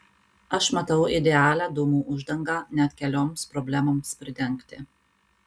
aš matau idealią dūmų uždangą net kelioms problemoms pridengti